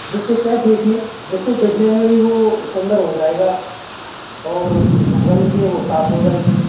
जिस से क्या है देखने जिससे देखने में भी वह सुंदर हो जाएगा और वह गंदगी है वह साफ़ हो जाएगी